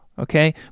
okay